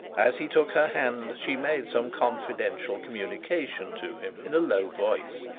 as he took her hand, she made some confidential communication to him in a low voice,